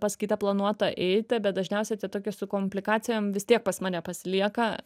pas kitą planuotoją eiti bet dažniausiai tie tokie su komplikacijom vis tiek pas mane pasilieka